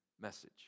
message